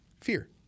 Fear